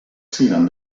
siguen